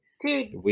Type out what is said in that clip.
Dude